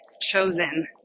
chosen